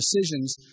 decisions